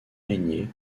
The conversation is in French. régnier